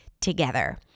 together